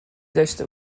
داشته